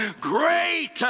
great